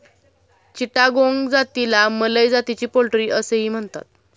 चिटागोंग जातीला मलय जातीची पोल्ट्री असेही म्हणतात